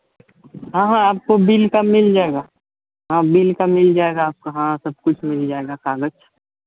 हाँ हाँ आपको बिल सब मिल जाएगा हाँ बिल सब मिल जाएगा आपको हाँ सबकुछ मिल जाएगा कागज